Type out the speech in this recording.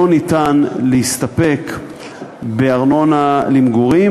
לא ניתן להסתפק בארנונה למגורים.